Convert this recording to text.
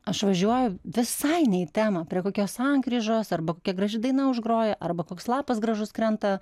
aš važiuoju visai ne į temą prie kokios sankryžos arba kokia graži daina užgroja arba koks lapas gražus krenta